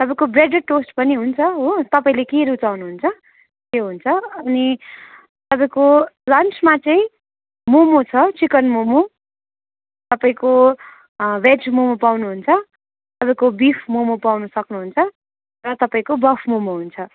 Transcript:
तपाईँको breaded toast पनि हुन्छ हो तपाईँले के रुचाउनु हुन्छ त्यो हुन्छ अनि तपाईँको लन्चमा चाहिँ मोमो छ चिकन मोमो तपाईँको भेज मोमो पाउनु हुन्छ तपाईँको बिफ मोमो पाउनु सक्नुहुन्छ र तपाईँको बफ मोमो हुन्छ